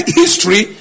history